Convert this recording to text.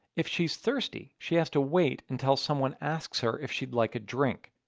if she's thirsty, she has to wait until someone asks her if she'd like a drink.